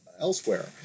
elsewhere